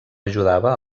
ajudava